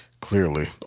Clearly